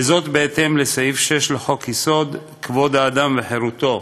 בהתאם לסעיף 6 לחוק-יסוד: כבוד אדם וחירותו,